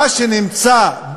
מה שנמצא,